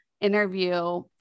interview